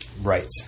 Right